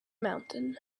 mountain